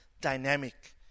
dynamic